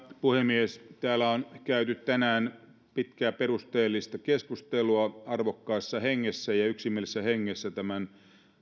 puhemies täällä on käyty tänään pitkää perusteellista keskustelua arvokkaassa hengessä ja yksimielisessä hengessä tämän